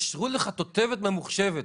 אישרו לך תותבת ממוחשבת",